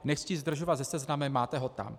Nechci zdržovat se seznamem, máte ho tam.